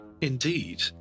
Indeed